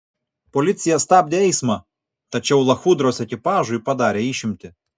policija stabdė eismą tačiau lachudros ekipažui padarė išimtį